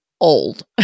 old